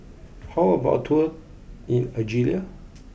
how about a tour in Algeria